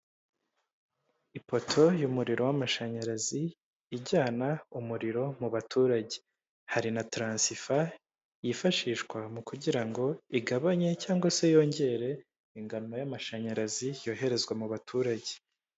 Ipoto y'umuriro w'amashanyarazi ijyana umuriro mu baturage hari na taransifa yifashishwa mu kugira ngo igabanye cyangwa se yongere ingano y'amashanyarazi yoherezwa mu baturage.